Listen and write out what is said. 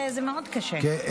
זה מאוד קשה.